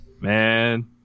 man